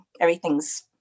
everything's